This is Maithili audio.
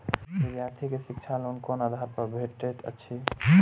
विधार्थी के शिक्षा लोन कोन आधार पर भेटेत अछि?